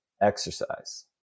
exercise